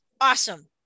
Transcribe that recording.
Awesome